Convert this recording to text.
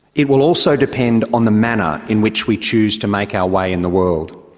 it will also depend on the manner in which we choose to make our way in the world.